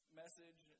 message